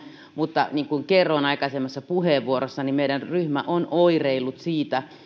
mutta niin kuin kerroin aikaisemmassa puheenvuorossani meidän ryhmä on oireillut siitä